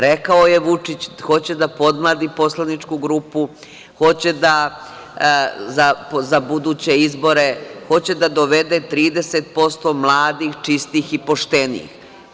Rekao je Vučić hoće da podmladi poslaničku grupu, hoće da za buduće izbore, hoće da dovede 30% mladih, čistih i poštenih.